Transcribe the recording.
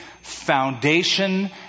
foundation